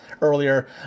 earlier